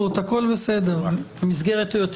אבל השאלה מה בסיס ההשוואה במקרה הזה,